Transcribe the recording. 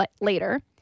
later